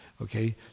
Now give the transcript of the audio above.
Okay